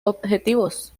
objetivos